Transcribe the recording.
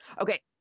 Okay